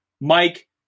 Mike